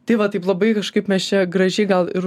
tai va taip labai kažkaip mes čia gražiai gal ir